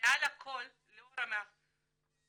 ומעל לכל לאור הנאמר